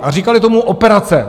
A říkali tomu operace.